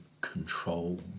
control